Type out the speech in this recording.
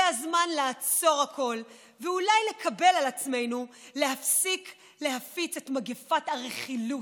זה הזמן לעצור הכול ואולי לקבל על עצמנו להפסיק להפיץ את מגפת הרכילות,